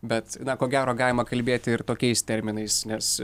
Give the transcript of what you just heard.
bet na ko gero galima kalbėti ir tokiais terminais nes